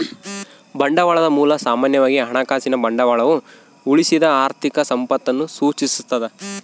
ಬಂಡವಾಳದ ಮೂಲ ಸಾಮಾನ್ಯವಾಗಿ ಹಣಕಾಸಿನ ಬಂಡವಾಳವು ಉಳಿಸಿದ ಆರ್ಥಿಕ ಸಂಪತ್ತನ್ನು ಸೂಚಿಸ್ತದ